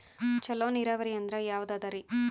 ಚಲೋ ನೀರಾವರಿ ಅಂದ್ರ ಯಾವದದರಿ?